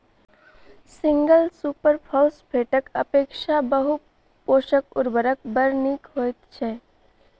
single super फौसफेटक अपेक्षा बहु पोषक उर्वरक बड़ नीक होइत छै